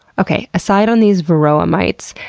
okay, aside on these varroa mites.